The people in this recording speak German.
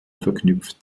verknüpft